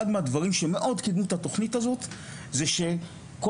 אחד הדברים שמאוד קידמו את התכנית הזאת זה כל